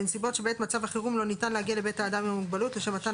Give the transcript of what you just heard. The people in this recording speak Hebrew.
בנסיבות שבעת מצב החירום לא ניתן להגיע לבית האדם עם המוגבלות לשם מתן